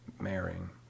marrying